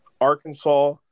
Arkansas